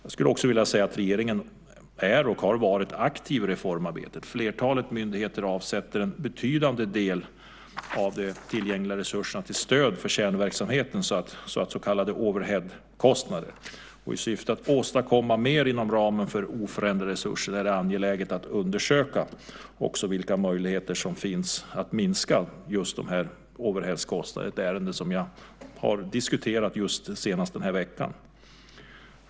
Jag skulle också vilja säga att regeringen är, och har varit, aktiv i reformarbetet. Flertalet myndigheter avsätter en betydande del av de tillgängliga resurserna till stöd för kärnverksamheten och så kallade overheadkostnader. I syfte att åstadkomma mer inom ramen för oförändrade resurser är det angeläget att undersöka vilka möjligheter det finns att minska just dessa overheadkostnader, ett ärende som jag diskuterat senast den här veckan.